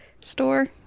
store